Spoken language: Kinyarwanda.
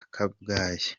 kabgayi